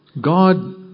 God